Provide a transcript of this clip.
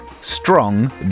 strong